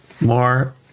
More